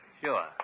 Sure